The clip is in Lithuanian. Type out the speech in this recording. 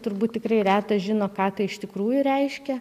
turbūt tikrai retas žino ką tai iš tikrųjų reiškia